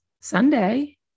Sunday